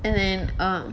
and then err